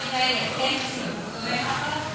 על-פי הערכים האלה אין ציות, ותראה מה קרה.